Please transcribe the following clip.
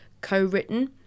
co-written